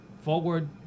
forward